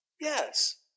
yes